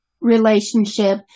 relationship